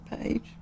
page